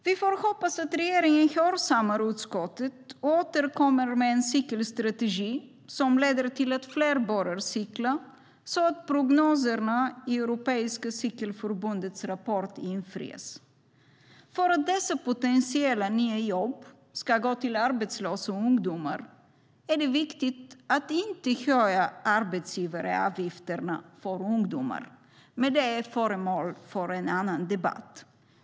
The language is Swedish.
Vi får hoppas att regeringen hörsammar utskottets förslag och återkommer med en cykelstrategi som leder till att fler börjar cykla så att prognoserna i Europeiska cyklistförbundets rapport infrias. För att dessa potentiella nya jobb ska gå till arbetslösa ungdomar är det viktigt att inte höja arbetsgivaravgifterna för ungdomar, men den frågan är föremål för en annan debatt.